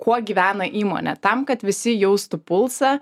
kuo gyvena įmonė tam kad visi jaustų pulsą